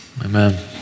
Amen